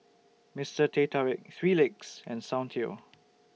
Mister Teh Tarik three Legs and Soundteoh